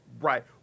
Right